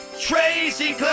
Tracy